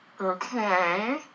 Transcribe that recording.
Okay